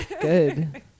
Good